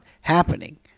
happening